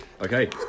Okay